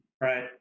right